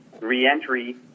reentry